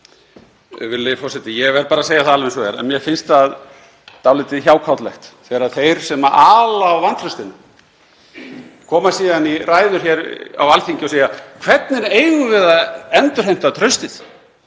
Virðulegi forseti. Ég verð bara að segja það alveg eins og er að mér finnst það dálítið hjákátlegt þegar þeir sem ala á vantraustinu koma síðan í ræður hér á Alþingi og segja: Hvernig eigum við að endurheimta traustið?